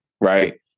right